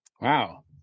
Wow